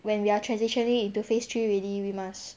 when we are transitioning into phase three already we must